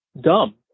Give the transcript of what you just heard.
dumb